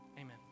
Amen